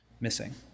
missing